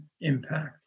impact